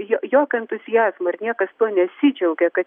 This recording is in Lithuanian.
jokio entuziazmo ir niekas tuo nesidžiaugė kad